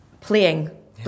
playing